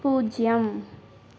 பூஜ்யம்